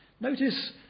Notice